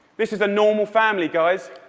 this is a normal family, guys.